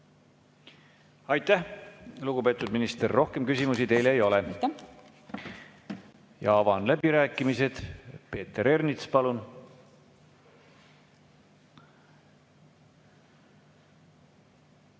Aitäh, lugupeetud minister! Rohkem küsimusi teile ei ole. Avan läbirääkimised. Peeter Ernits, palun!